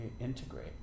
integrate